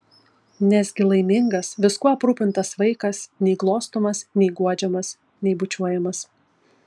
nesgi laimingas viskuo aprūpintas vaikas nei glostomas nei guodžiamas nei bučiuojamas